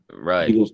Right